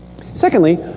Secondly